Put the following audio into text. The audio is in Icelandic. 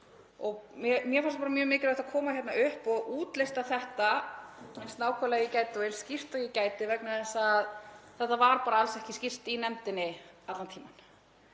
Mér finnst bara mjög mikilvægt að koma hingað upp og útlista þetta eins nákvæmlega og ég get og eins skýrt og ég get vegna þess að þetta var bara alls ekki skýrt í nefndinni allan tímann.